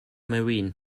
marine